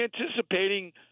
anticipating